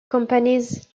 companies